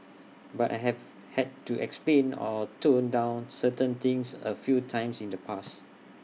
but I have had to explain or tone down certain things A few times in the past